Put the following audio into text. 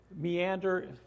meander